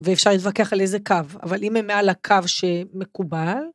ואפשר להתווכח על איזה קו, אבל אם הם מעל הקו שמקובל...